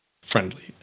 Friendly